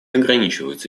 ограничиваются